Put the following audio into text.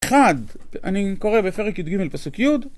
אחד, אני קורא בפרק י"ג פסוק י'